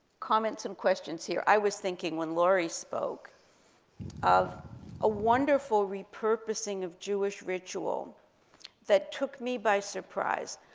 comments and questions here. i was thinking when lori spoke of a wonderful re-purposing of jewish ritual that took me by surprise.